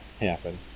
happen